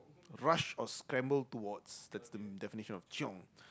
rush or scramble towards that's the definition of chiong